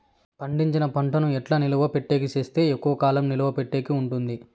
పండించిన పంట ను ఎట్లా నిలువ పెట్టేకి సేస్తే ఎక్కువగా కాలం నిలువ పెట్టేకి ఉంటుంది?